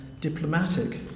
diplomatic